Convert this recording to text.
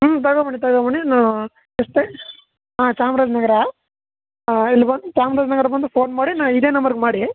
ಹ್ಞೂ ತಗೊಂ ಬನ್ನಿ ತಗೊಂ ಬನ್ನಿ ನೊ ನೆಸ್ಟ್ ಟೈಮ್ ಹಾಂ ಚಾಮ್ರಾಜ ನಗರ ಹಾಂ ಇಲ್ಲಿ ಬಂದು ಚಾಮ್ರಾಜ ನಗರ ಬಂದು ಫೋನ್ ಮಾಡಿ ನ ಇದೇ ನಂಬರ್ಗೆ ಮಾಡಿ